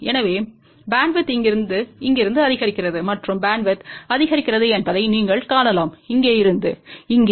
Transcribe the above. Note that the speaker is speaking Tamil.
எனவே பேண்ட்வித் இங்கிருந்து இங்கிருந்து அதிகரிக்கிறது மற்றும் பேண்ட்வித் அதிகரிக்கிறது என்பதை நீங்கள் காணலாம் இங்கே இருந்து இங்கே